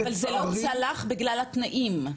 אבל זה לא צלח בגלל התנאים?